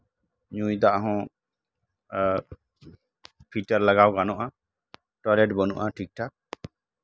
ᱧᱩᱭ ᱫᱟᱜ ᱦᱚᱸ ᱯᱷᱤᱞᱴᱟᱨ ᱞᱟᱜᱟᱣ ᱜᱟᱱᱚᱜᱼᱟ ᱴᱚᱭᱞᱮᱴ ᱵᱟᱱᱩᱜᱼᱟ ᱴᱷᱤᱠᱼᱴᱷᱟᱠ